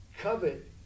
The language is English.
Covet